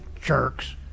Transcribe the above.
jerks